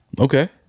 Okay